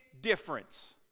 difference